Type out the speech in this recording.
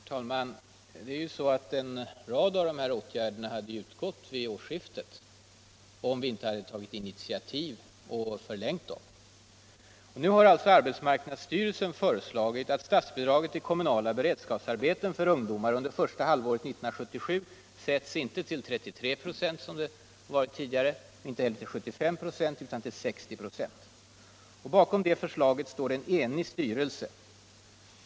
Herr talman! Det är så att flera av de här åtgärderna hade upphört vid årsskiftet, om vi inte hade tagit initiativet att förlänga dem. Nu har alltså arbetsmarknadsstyrelsen föreslagit att statsbidraget till kommunala beredskapsarbeten för ungdomar under första halvåret 1977 57 sätts, inte till 33 26, som det varit tidigare, och inte heller till 75 96, utan till 60 26. Bakom det förslaget står en enig styrelse.